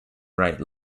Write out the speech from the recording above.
write